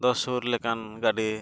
ᱫᱚ ᱥᱩᱨ ᱞᱮᱠᱟᱱ ᱜᱟᱹᱰᱤ